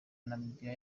namibiya